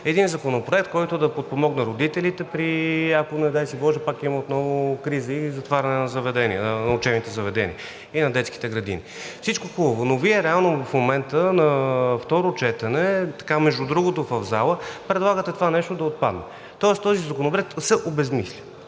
един законопроект, който да подпомогне родителите, ако, не дай си боже, пак има отново криза и затваряне на учебните заведения и на детските градини. Всичко хубаво, но Вие реално в момента на второ четене, така между другото, в залата, предлагате това нещо да отпадне. Тоест този законопроект се обезсмисля